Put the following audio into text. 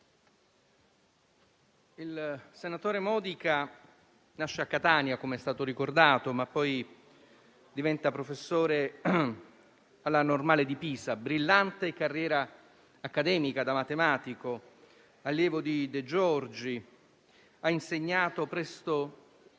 il senatore Modica nasce a Catania, come è stato ricordato; poi diventa professore alla Normale di Pisa: brillante carriera accademica da matematico, allievo di De Giorgi. Ha insegnato presso